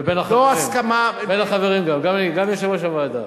ובין החברים גם, גם אני, גם יושב-ראש הוועדה.